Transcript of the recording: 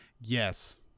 Yes